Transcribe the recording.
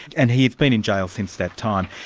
and he's been in jail since that time.